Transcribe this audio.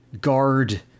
guard